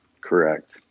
Correct